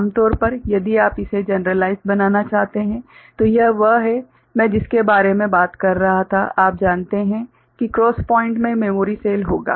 आमतौर पर यदि आप इसे जनरलाइज़ बनाना चाहते हैं तो यह वह है मैं जिसके बारे में बात कर रहा था आप जानते हैं कि क्रॉस पॉइंट मे मेमोरी सेल होगा